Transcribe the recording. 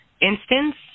instance